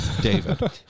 David